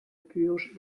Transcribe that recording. purge